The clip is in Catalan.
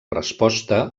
resposta